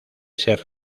ser